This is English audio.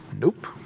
nope